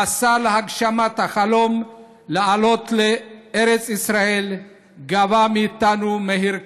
המסע להגשמת החלום לעלות לארץ ישראל גבה מאיתנו מחיר כבד.